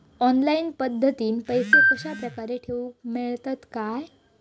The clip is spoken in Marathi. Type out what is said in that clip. ऑनलाइन पद्धतीन पैसे कश्या प्रकारे ठेऊक मेळतले काय?